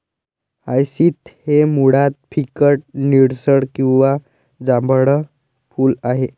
hyacinth हे मुळात फिकट निळसर किंवा जांभळट फूल आहे